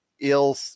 ill